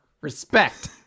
Respect